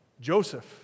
Joseph